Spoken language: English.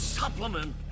supplement